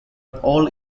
all